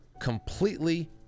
completely